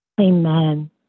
Amen